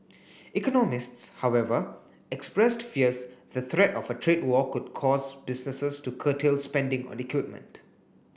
economists however expressed fears the threat of a trade war could cause businesses to curtail spending on equipment